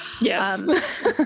Yes